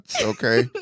okay